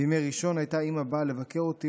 בימי ראשון הייתה אימא באה לבקר אותי,